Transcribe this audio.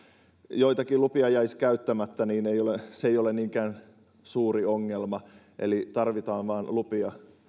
joitakin lupia jäisi käyttämättä niin se ei ole niinkään suuri ongelma tarvitaan vain lupia